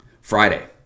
Friday